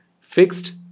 fixed